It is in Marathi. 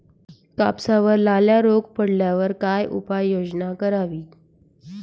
कापसावर लाल्या रोग पडल्यावर काय उपाययोजना करावी?